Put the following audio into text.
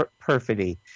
Perfidy